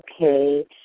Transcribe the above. okay